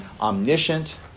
omniscient